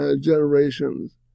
Generations